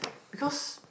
because